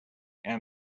and